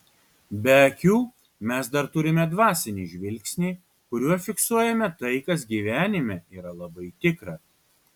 be akių mes dar turime dvasinį žvilgsnį kuriuo fiksuojame tai kas gyvenime yra labai tikra